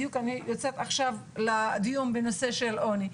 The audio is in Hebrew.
בדיוק אני יוצאת עכשיו לדיון בנושא של עוני,